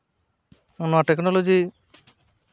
ᱚᱱᱟ ᱴᱮᱠᱱᱳᱞᱚᱡᱤ